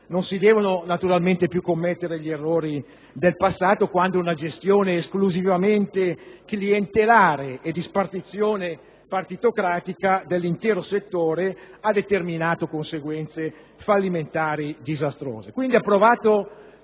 non si devono più commettere gli errori del passato, quando una gestione esclusivamente clientelare e di spartizione partitocratica dell'intero settore ha determinato conseguenze fallimentari e disastrose. Pertanto, approvato